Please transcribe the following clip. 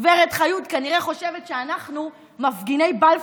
גב' חיות כנראה חושבת שאנחנו מפגיני בלפור,